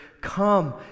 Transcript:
come